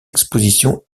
expositions